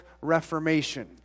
Reformation